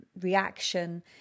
reaction